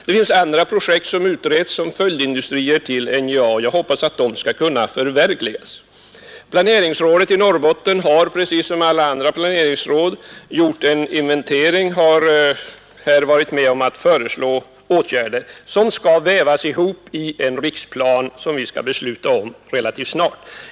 Det finns också andra förslag om projekt som utreds, t.ex. följdindustrier till NJA. Jag hoppas att de förslagen skall kunna förverkligas. Planeringsrådet i Norrbotten har, precis som alla andra planeringsråd, gjort en inventering och har varit med om att föreslå åtgärder, vilka skall vävas ihop i en riksplan som vi skall besluta om relativt snart.